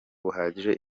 buhagije